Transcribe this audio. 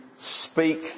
speak